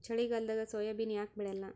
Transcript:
ಚಳಿಗಾಲದಾಗ ಸೋಯಾಬಿನ ಯಾಕ ಬೆಳ್ಯಾಲ?